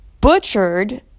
butchered